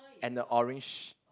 and a orange